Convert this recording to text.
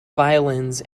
violins